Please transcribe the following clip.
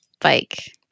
Bike